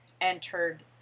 entered